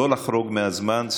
לא לחרוג מהזמן,